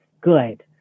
good